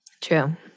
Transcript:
True